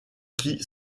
qui